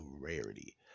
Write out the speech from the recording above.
rarity